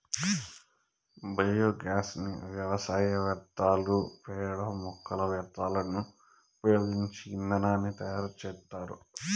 biogas ని వ్యవసాయ వ్యర్థాలు, పేడ, మొక్కల వ్యర్థాలను ఉపయోగించి ఇంధనాన్ని తయారు చేత్తారు